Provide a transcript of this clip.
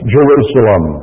Jerusalem